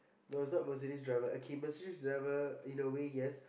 no is not Mercedes driver okay Mercedes driver in a way yes